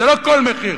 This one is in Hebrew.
זה לא "כל מחיר",